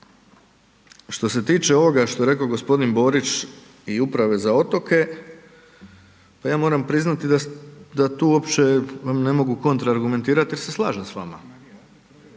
Što se tiče ovoga što je g. Borić i uprave za otoke, pa ja moramo priznati da tu uopće vam ne mogu kontraargumentirati jer se slažem s vama.